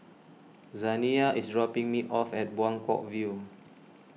Zaniyah is dropping me off at Buangkok View